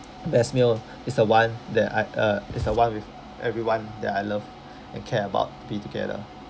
best meal is the one that I uh is the one with everyone that I love and care about to be together